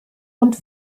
und